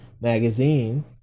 magazine